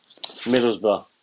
Middlesbrough